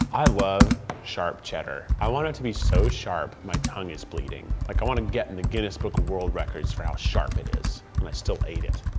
i love sharp cheddar. i want it to be so sharp my tongue is bleeding. like i want to get in the guinness book of world records for how sharp it is and i still ate it.